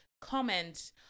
comment